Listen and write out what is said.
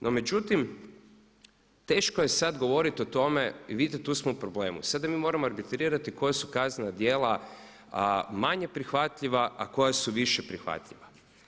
No međutim, teško je sad govoriti o tome, i vidite tu smo u problemu, sada mi moramo arbitrirati koja su kaznena djela manje prihvatljiva a koja su više prihvatljiva.